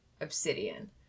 obsidian